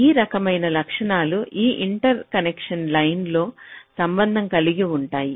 ఈ రకమైన లక్షణాలు ఆ ఇంటర్కనెక్షన్ లైన్తో సంబంధం కలిగి ఉంటాయి